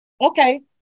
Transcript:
Okay